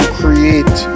create